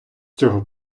цього